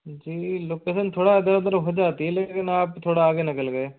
जी location थोड़ा इधर उधर हो जाती है लेकिन आप थोड़ा आगे निकल गए